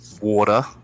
water